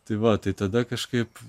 tai va tai tada kažkaip